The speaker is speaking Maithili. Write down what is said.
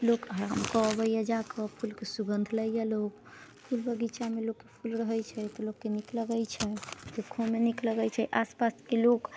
लोक लऽ अबैए जाकऽ फूलके सुगन्ध लैए लोक फूल बगीचामे लोककेँ फूल रहैत छै तऽ लोककेँ नीक लगैत छै देखहोमे नीक लगैत छै आसपासके लोक